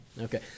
Okay